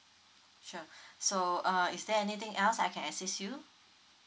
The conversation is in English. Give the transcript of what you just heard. sure so uh is there anything else I can assist you